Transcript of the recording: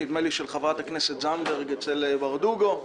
נדמה לי של חברת הכנסת זנדברג אצל ברדוגו,